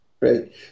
Right